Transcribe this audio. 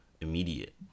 immediate